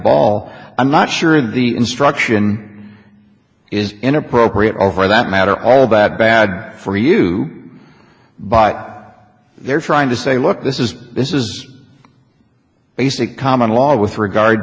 ball i'm not sure the instruction is inappropriate or for that matter all that bad for you but they're trying to say look this is this is basic common law with regard